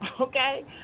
Okay